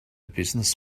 business